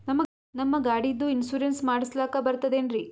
ನಮ್ಮ ಗಾಡಿದು ಇನ್ಸೂರೆನ್ಸ್ ಮಾಡಸ್ಲಾಕ ಬರ್ತದೇನ್ರಿ?